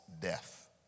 death